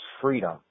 freedom